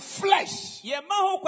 flesh